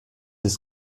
des